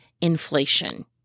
inflation